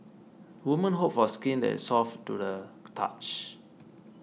women hope for skin that is soft to the touch